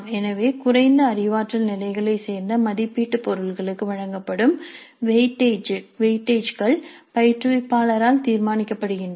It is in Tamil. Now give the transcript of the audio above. எனவே குறைந்த அறிவாற்றல் நிலைகளைச் சேர்ந்த மதிப்பீட்டு பொருட்களுக்கு வழங்கப்படும் வெயிட்டேஜ்கள் பயிற்றுவிப்பாளரால் தீர்மானிக்கப்படுகின்றன